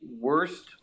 worst